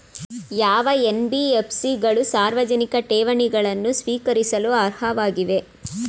ಯಾವ ಎನ್.ಬಿ.ಎಫ್.ಸಿ ಗಳು ಸಾರ್ವಜನಿಕ ಠೇವಣಿಗಳನ್ನು ಸ್ವೀಕರಿಸಲು ಅರ್ಹವಾಗಿವೆ?